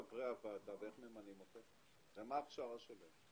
הוועדה, איך ממנים אותם, מה ההכשרה שלהם?